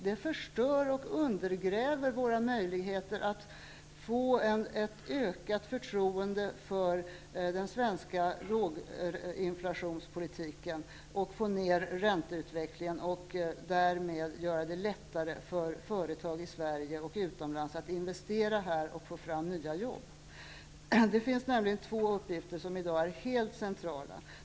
Det förstör och undergräver våra möjligheter att få ett ökat förtroende för den svenska låginflationspolitiken, få ner ränteutvecklingen och därmed göra det lättare för företag i Sverige och utomlands att investera här och få fram nya jobb. Det finns nämligen två uppgifter som i dag är helt centrala.